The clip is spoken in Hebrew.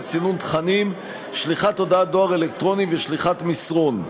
סינון תכנים: שליחת הודעת דואר אלקטרוני ושליחת מסרון.